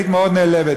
היית מאוד נעלבת.